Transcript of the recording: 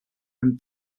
and